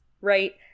right